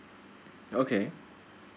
okay